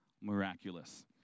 miraculous